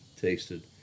tasted